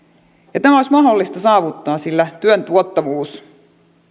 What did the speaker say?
tämä olisi mahdollista saavuttaa sillä työn tuottavuus